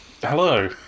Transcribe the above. Hello